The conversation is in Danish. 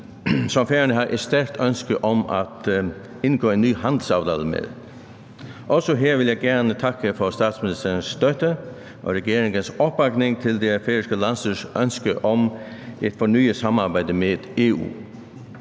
som Færøerne har et stærkt ønske om at indgå en ny handelsaftale med. Også her vil jeg gerne takke for statsministerens støtte og regeringens opbakning til det færøske landsstyres ønske om et fornyet samarbejde med EU.